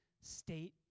state